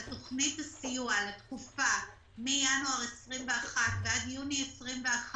שלגבי תוכנית הסיוע לתקופה מינואר 21' ועד יוני 21',